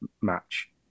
match